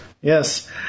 Yes